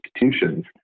institutions